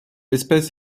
espèce